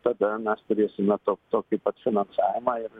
tada mes turėsime to tokį pat finansavimą ir